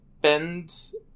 bends